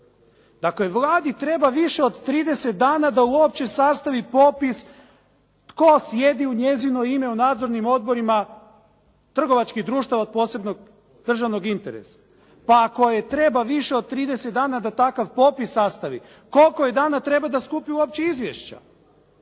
Dakle, Vladi treba više od 30 dana da uopće sastavi popis tko sjedi u njezino ime u nadzornim odborima trgovačkih društava od posebnog državnog interesa. Pa ako joj treba više od 30 dana da takav popis sastavi koliko joj dana treba da skupi uopće izvješća.